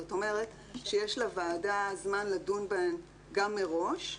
זאת אומרת שיש לוועדה זמן לדון בהן גם מראש,